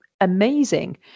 amazing